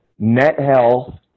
NetHealth